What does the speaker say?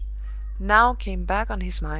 now came back on his mind,